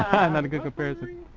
not a good comparison